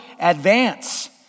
advance